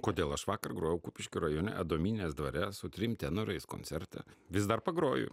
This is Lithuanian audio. kodėl aš vakar grojau kupiškio rajone adomynės dvare su trim tenorais koncertą vis dar pagroju